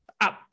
up